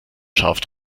scharf